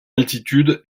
altitude